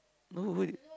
no wait